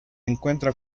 encuentra